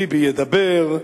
ביבי ידבר,